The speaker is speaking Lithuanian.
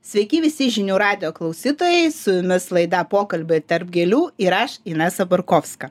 sveiki visi žinių radijo klausytojai su jumis laida pokalbiai tarp gėlių ir aš inesa borkovska